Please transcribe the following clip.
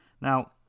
Now